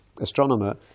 astronomer